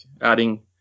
adding